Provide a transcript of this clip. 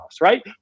right